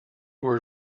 were